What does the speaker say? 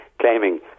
claiming